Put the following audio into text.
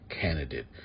candidate